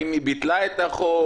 האם היא ביטלה את החוק?